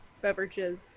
beverages